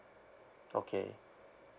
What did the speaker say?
okay